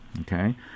okay